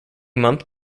month